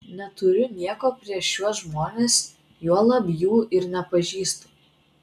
neturiu nieko prieš šiuos žmones juolab jų ir nepažįstu